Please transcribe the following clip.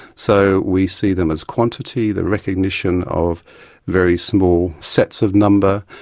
so we see them as quantity, the recognition of very small sets of number.